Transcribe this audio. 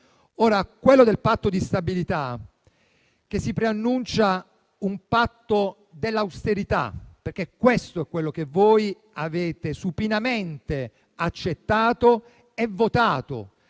Il Patto di stabilità si preannuncia un patto dell'austerità; questo è quello che voi avete supinamente accettato e votato.